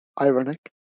Ironic